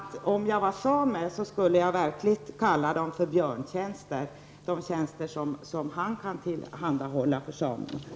Om jag var same skulle jag verkligen kalla de tjänster han gör samerna för björntjänster.